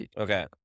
Okay